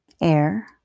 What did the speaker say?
air